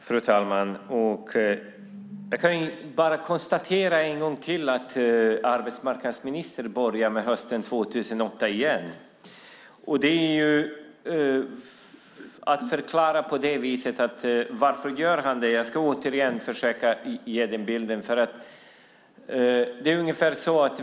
Fru talman! Jag kan konstatera en gång till att arbetsmarknadsministern börjar med hösten 2008 igen. Varför gör han det? Jag ska återigen försöka ge den här bilden.